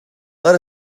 let